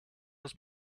was